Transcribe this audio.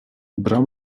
bram